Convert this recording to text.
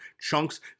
chunks